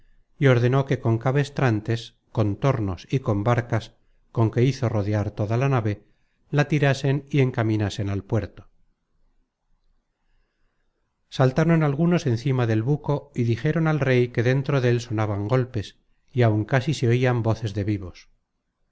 y ordenó que con cabestrantes con tornos y con barcas con que hizo rodear toda la nave la tirasen y encaminasen al puerto saltaron algunos encima del buco y dijeron al rey que dentro del sonaban golpes y áun casi se oian voces de vivos